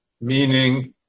meaning